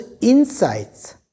insights